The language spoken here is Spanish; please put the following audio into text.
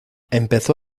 empezó